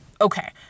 okay